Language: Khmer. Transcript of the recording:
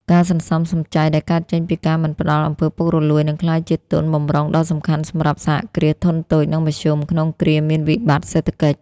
ការសន្សំសំចៃដែលកើតចេញពីការមិនផ្ដល់ អំពើពុករលួយ នឹងក្លាយជាទុនបម្រុងដ៏សំខាន់សម្រាប់ សហគ្រាសធុនតូច និងមធ្យម ក្នុងគ្រាមានវិបត្តិសេដ្ឋកិច្ច។